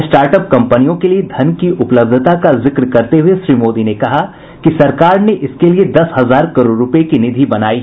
start up कंपनियों के लिये धन की उपलब्धता का जिक्र करते हुए श्री मोदी ने कहा कि सरकार ने इसके लिये दस हजार करोड़ रूपये की निधि बनायी है